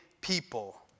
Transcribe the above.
people